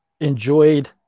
enjoyed